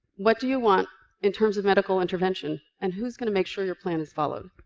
what do you want in terms of medical intervention? and who's going to make sure your plan is followed?